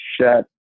shut